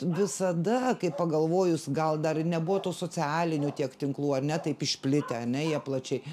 visada kaip pagalvojus gal dar ir nebuvo tų socialinių tiek tinklų ar ne taip išplitę ane jie plačiai